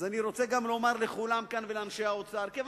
אז אני רוצה לומר לכולם כאן ולאנשי האוצר כאן,